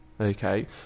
okay